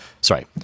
sorry